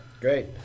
great